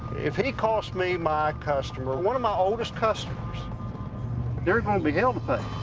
if he costs me my customer one of my oldest customers there's gonna be hell to pay.